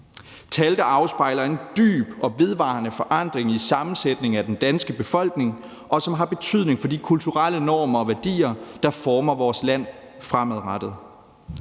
tal, der afspejler en dyb og vedvarende forandring i sammensætningen af den danske befolkning, og som har betydning for de kulturelle normer og værdier, der former vores land fremadrettet.